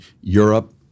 Europe